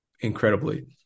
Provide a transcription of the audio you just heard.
incredibly